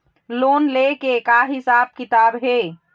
Loan ले के का हिसाब किताब हे?